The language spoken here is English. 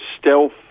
stealth